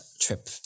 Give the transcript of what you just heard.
trip